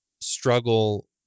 struggle